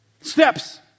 Steps